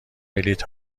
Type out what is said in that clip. بلیط